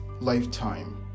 lifetime